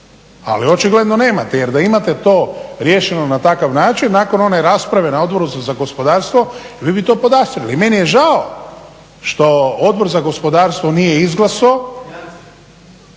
ali očigledno nemate, jer da imate to riješeno na takav način, nakon one rasprave na Odboru za gospodarstvo vi bi to podastrli. I meni je žao što Odbor za gospodarstvo nije izglasao,